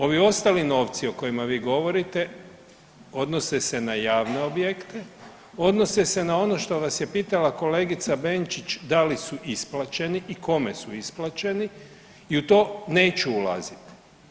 Ovi ostali novci o kojima vi govorite odnose se na javne objekte, odnose se na ono što vas je pitala kolegica Benčić da li su isplaćeni i kome su isplaćeni i u to neću ulaziti.